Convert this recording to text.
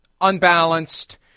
unbalanced